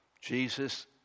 Jesus